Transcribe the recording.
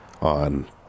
on